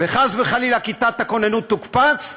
וחס וחלילה כיתת הכוננות תוקפץ,